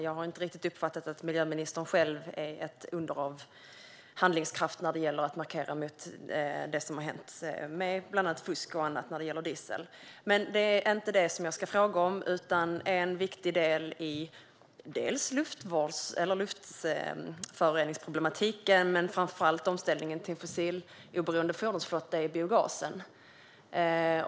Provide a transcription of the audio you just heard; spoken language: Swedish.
Jag har inte riktigt uppfattat att miljöministern själv är ett under av handlingskraft när det gäller att markera mot det som har hänt med fusk och annat beträffande diesel. Men det är inte det som jag ska fråga om. En viktig del i luftföroreningsproblematiken och framför allt omställningen till en fossiloberoende fordonsflotta är biogasen.